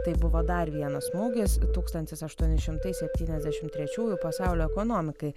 tai buvo dar vienas smūgis tūkstantis aštuoni šimtai septyniasdešimt trečiųjų pasaulio ekonomikai